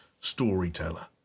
STORYTELLER